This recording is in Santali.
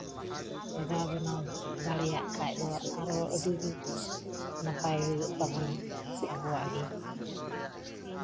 ᱥᱟᱡᱟᱣ ᱵᱮᱱᱟᱣ ᱫᱟᱲᱮᱭᱟᱜ ᱠᱷᱟᱡ ᱫᱚ ᱟᱨᱚ ᱟᱹᱰᱤᱜᱮ ᱱᱟᱯᱟᱭ ᱦᱩᱭᱩᱜ ᱛᱟᱵᱚᱱᱟ ᱟᱵᱚᱣᱟᱜ ᱜᱮ